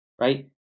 Right